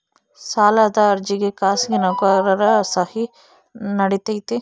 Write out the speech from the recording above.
ಸಾಲದ ಅರ್ಜಿಗೆ ಖಾಸಗಿ ನೌಕರರ ಸಹಿ ನಡಿತೈತಿ?